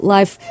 Life